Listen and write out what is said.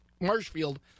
Marshfield